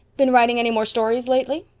been writing any more stories lately?